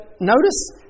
notice